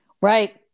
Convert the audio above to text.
Right